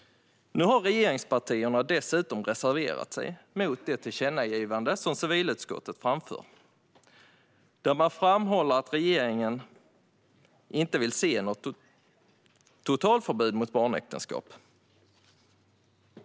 Nu har regeringspartierna dessutom reserverat sig mot det tillkännagivande som civilutskottet framför. Man framhåller att regeringen inte vill se något totalförbud mot barnäktenskap.